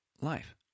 life